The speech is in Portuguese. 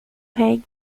reggae